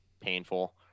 painful